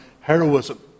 heroism